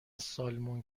سالمون